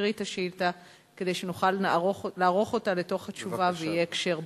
אקריא את השאילתא כדי שנוכל לערוך אותה לתוך התשובה ויהיה הקשר ברור.